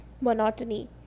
monotony